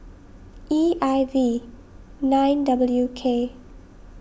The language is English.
E I V nine W K